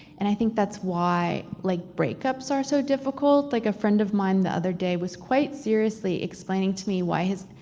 and i think that's why like breakups are so difficult. like a friend of mine the other day was quite seriously explaining to me why his.